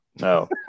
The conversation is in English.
No